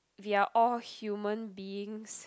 we are all human beings